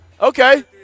Okay